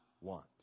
want